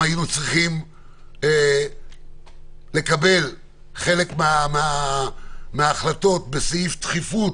היינו צריכים לקבל חלק מההחלטות בסעיף דחיפות,